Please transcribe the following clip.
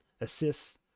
assists